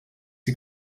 die